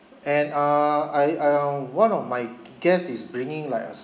and uh I uh one of my guest is bringing like a